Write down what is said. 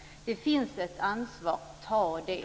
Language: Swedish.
Det finns ett ansvar. Tag det!